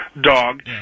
dog